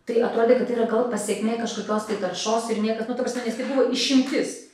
tai atrodė kad yra gal pasekmė kažkokios tai taršos ir niekas nu ta prasme nes tai buvo išimtis